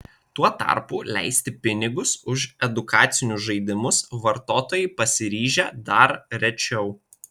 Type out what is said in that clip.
tuo tarpu leisti pinigus už edukacinius žaidimus vartotojai pasiryžę dar rečiau